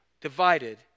Divided